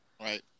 Right